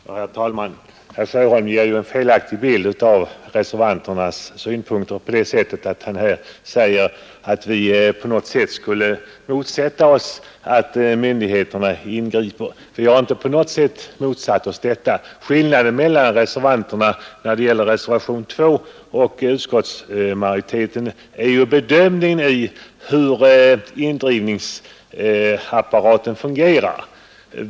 Herr talman! Herr Sjöholm ger en felaktig bild av reservanternas synpunkter genom att säga att vi på något sätt skulle motsätta oss att myndigheterna ingriper. Vi har inte alls motsatt oss detta. Skillnaden mellan oss som reserverat oss i reservationen 2 och utskottsmajoriteten ligger i bedömningen av hur indrivningsapparaten fungerar.